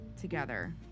together